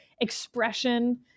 expression